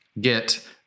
get